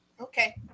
okay